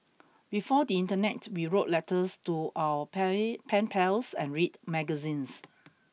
before the internet we wrote letters to our pay pen pals and read magazines